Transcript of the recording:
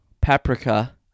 paprika